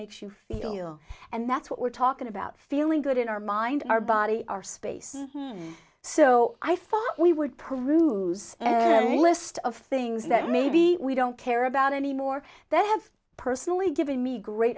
makes you feel and that's what we're talking about feeling good in our mind our body our space so i thought we would prove a list of things that maybe we don't care about anymore that have personally given me great